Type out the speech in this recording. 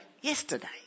yesterday